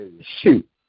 Shoot